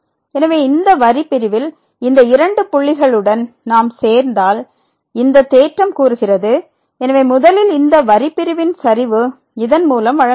எனவே இந்த வரி பிரிவில் இந்த இரண்டு புள்ளிகளுடன் நாம் சேர்ந்தால் இந்த தேற்றம் கூறுகிறது எனவே முதலில் இந்த வரி பிரிவின் சரிவு இதன் மூலம் வழங்கப்படும்